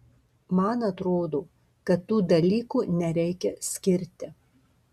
man atrodo kad tų dalykų nereikia skirti